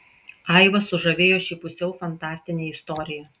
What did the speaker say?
aivą sužavėjo ši pusiau fantastinė istorija